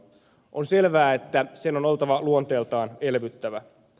on selvää että sen on oltava luonteeltaan elvyttävä